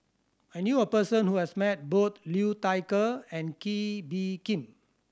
I knew a person who has met both Liu Thai Ker and Kee Bee Khim